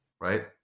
right